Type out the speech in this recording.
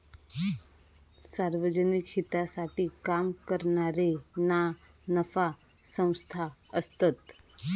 सार्वजनिक हितासाठी काम करणारे ना नफा संस्था असतत